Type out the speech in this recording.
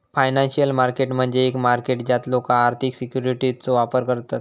financial market म्हणजे एक market ज्यात लोका आर्थिक सिक्युरिटीजचो व्यापार करतत